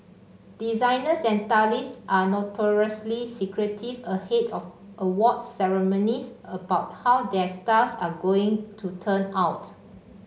designers and stylists are notoriously secretive ahead of awards ceremonies about how their stars are going to turn out